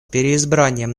переизбранием